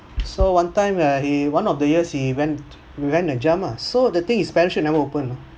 so one time uh he one of the years he went he went and jump ah so the thing is parachute never open you know